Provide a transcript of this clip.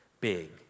big